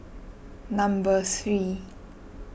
number three